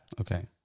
Okay